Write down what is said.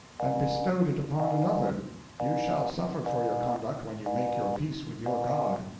and bestowed it upon another you shall suffer for your conduct when you make your peace with your god.